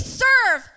serve